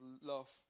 love